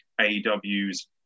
AEW's